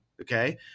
Okay